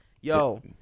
Yo